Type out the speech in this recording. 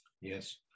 Yes